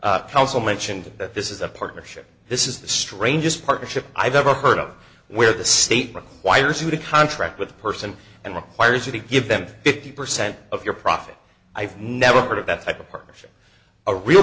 counsel mentioned that this is a partnership this is the strangest partnership i've ever heard of where the state requires you to contract with a person and requires you to give them fifty percent of your profit i've never heard of that type of